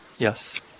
Yes